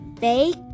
Bake